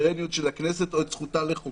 הסוברנויות של הכנסת או את זכותה לחוקק.